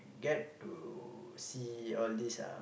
get to see all these uh